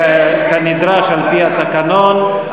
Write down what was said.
כנדרש על-פי התקנות,